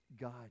God